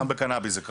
גם בקנאביס זה ככה.